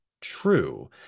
true